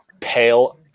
pale